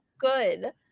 good